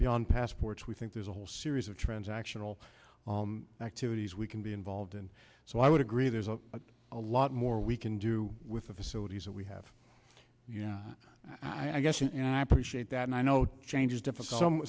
beyond passports we think there's a whole series of transactional activities we can be involved and so i would agree there's a lot more we can do with the facilities that we have yeah i guess and i appreciate that and i know change is difficult